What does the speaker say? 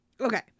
okay